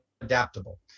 adaptable